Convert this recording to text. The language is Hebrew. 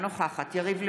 אינה נוכחת יריב לוין,